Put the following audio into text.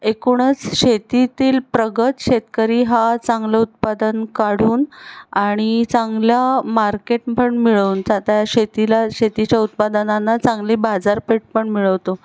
एकूणच शेतीतील प्रगत शेतकरी हा चांगलं उत्पादन काढून आणि चांगलं मार्केट पण मिळवून जातं आता या शेतीला शेतीच्या उत्पादनांना चांगली बाजारपेठ पण मिळवतो